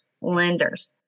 lenders